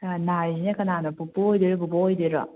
ꯅꯥꯔꯤꯁꯤꯅ ꯀꯅꯥꯅꯣ ꯄꯨꯄꯨ ꯑꯣꯏꯗꯣꯏꯔꯣ ꯕꯨꯕꯣꯛ ꯑꯣꯏꯗꯣꯏꯔꯣ